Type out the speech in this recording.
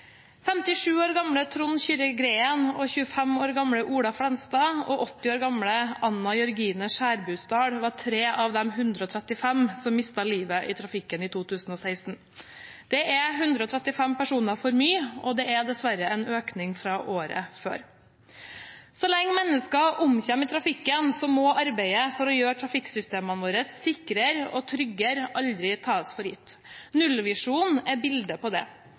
57 år gamle Trond Kyrre Green, 25 år gamle Ola Flenstad og 80 år gamle Anne Jørgine Skjærbusdal var 3 av de 135 som mistet livet i trafikken i 2016. Det er 135 personer for mye, og det er dessverre en økning fra året før. Så lenge mennesker omkommer i trafikken, må arbeidet for å gjøre trafikksystemene våre sikrere og tryggere aldri tas for gitt. Nullvisjonen er bildet på det.